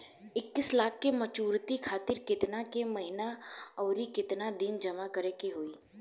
इक्कीस लाख के मचुरिती खातिर केतना के महीना आउरकेतना दिन जमा करे के होई?